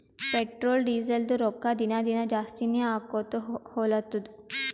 petrol, ಡೀಸೆಲ್ದು ರೊಕ್ಕಾ ದಿನಾ ದಿನಾ ಜಾಸ್ತಿನೇ ಆಕೊತ್ತು ಹೊಲತ್ತುದ್